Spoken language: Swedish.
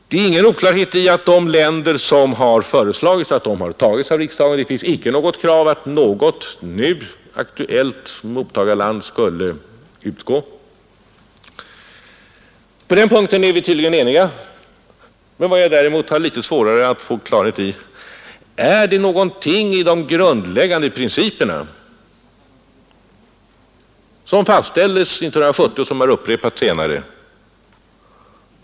Det råder ingen oklarhet beträffande de länder som utvalts för bistånd genom beslut av riksdagen; det finns inget krav på att något nu aktuellt mottagarland skulle utgå. På den punkten är vi tydligen eniga. Vad jag däremot har svårare att få klart för mig är om man anser att något bör förändras i de grundläggande principerna, som fastställdes 1970 och som har upprepats senare.